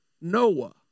Noah